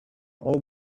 all